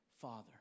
Father